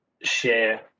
share